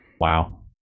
Wow